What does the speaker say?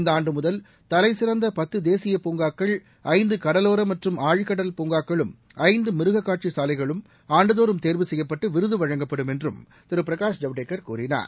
இந்த ஆண்டு முதல் தலைசிறந்த பத்து தேசிய பூங்காக்கள் ஐந்து கடலோர மற்றும் ஆழ்கடல் பூங்காக்களும் ஐந்து மிருகக்காட்சி சாலைகளும் ஆண்டுதோறும் தேர்வு செய்யப்பட்டு விருது வழங்கப்படும் என்றும் திரு பிரகாஷ் ஜவடேகர் கூறினார்